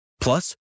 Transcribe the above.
Plus